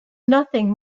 nothing